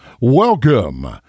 Welcome